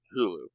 Hulu